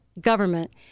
government